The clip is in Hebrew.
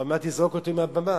עוד מעט תזרוק אותי מהבמה.